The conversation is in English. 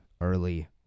early